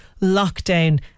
Lockdown